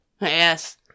Yes